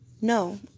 No